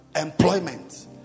employment